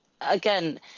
Again